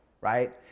right